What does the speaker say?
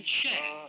share